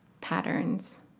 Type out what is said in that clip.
patterns